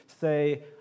say